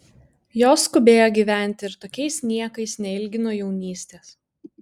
jos skubėjo gyventi ir tokiais niekais neilgino jaunystės